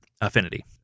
Affinity